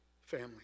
family